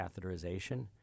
catheterization